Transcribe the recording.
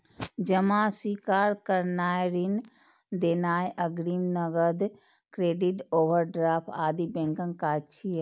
जमा स्वीकार करनाय, ऋण देनाय, अग्रिम, नकद, क्रेडिट, ओवरड्राफ्ट आदि बैंकक काज छियै